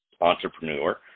entrepreneur